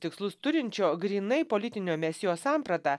tikslus turinčio grynai politinio mesijo samprata